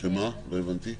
לא הבנתי.